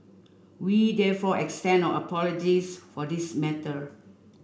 we therefore extend our apologies for this matter